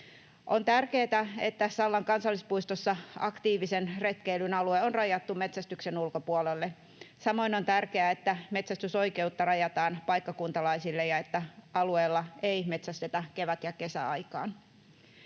On tärkeätä, että Sallan kansallispuistossa aktiivisen retkeilyn alue on rajattu metsästyksen ulkopuolelle. Samoin on tärkeää, että metsästysoikeutta rajataan paikkakuntalaisille ja että alueella ei metsästetä kevät‑ ja kesäaikaan.